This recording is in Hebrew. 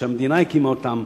שהמדינה הקימה אותם,